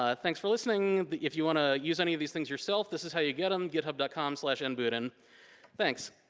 ah thanks for listening. if you want to use any of these things yourself, this is how you get them. github dot com slash and nbudin thanks.